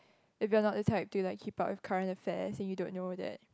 if you are not the type do you like Hip Hop is current a fair is you don't know that